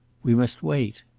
we must wait.